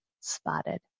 spotted